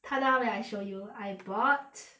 ta-da wait I show you I bought